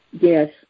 Yes